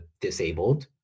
disabled